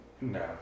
no